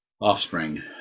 offspring